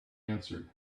answered